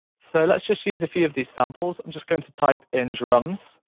so, let's just use a few of these samples. i'm just going to type in drums,